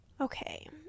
okay